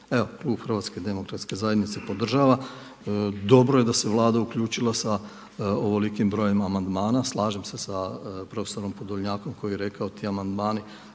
Evo, klub HDZ-a podržava, dobro je da se Vlada uključila sa ovolikim brojem amandmana, slažem se sa profesorom Podolonjakom koji je rekao, ti amandmani